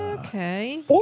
okay